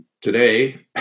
today